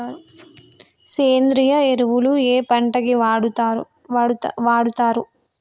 సేంద్రీయ ఎరువులు ఏ పంట కి వాడుతరు?